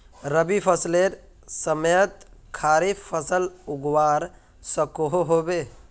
रवि फसलेर समयेत खरीफ फसल उगवार सकोहो होबे?